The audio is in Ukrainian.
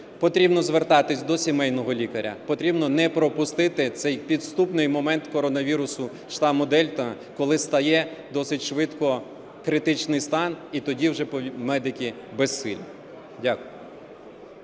Потрібно звертатись до сімейного лікаря, потрібно не пропустити цей підступний момент коронавірусу штаму "Дельта", коли стає досить швидко критичний стан, і тоді вже медики безсилі. Дякую.